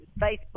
Facebook